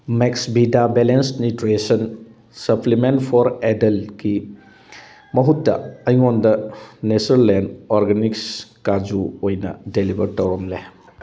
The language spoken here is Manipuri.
ꯃꯦꯛꯁꯚꯤꯗꯥ ꯕꯦꯂꯦꯟꯁ ꯅ꯭ꯌꯨꯇ꯭ꯔꯤꯁꯟ ꯁꯄ꯭ꯂꯤꯃꯦꯟ ꯐꯣꯔ ꯑꯗꯜꯠꯀꯤ ꯃꯍꯨꯠꯇ ꯑꯩꯉꯣꯟꯗ ꯅꯦꯆꯔꯂꯦꯟ ꯑꯣꯔꯒꯥꯅꯤꯛꯁ ꯀꯥꯖꯨ ꯑꯣꯏꯅ ꯗꯤꯂꯤꯚꯔ ꯇꯧꯔꯝꯂꯦ